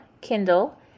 Kindle